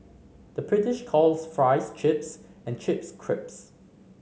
the British calls fries chips and chips